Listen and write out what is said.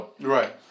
Right